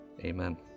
Amen